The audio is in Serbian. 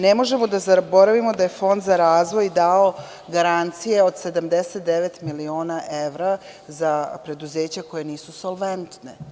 Ne možemo da zaboravimo da je Fond za razvoj dao garancije od 79 miliona evra za preduzeća koja nisu solventna.